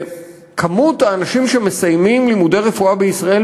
ומספר האנשים שמסיימים לימודי רפואה בישראל